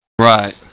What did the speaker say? Right